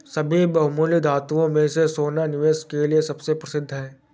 सभी बहुमूल्य धातुओं में से सोना निवेश के लिए सबसे प्रसिद्ध है